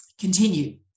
continue